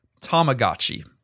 Tamagotchi